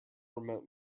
remote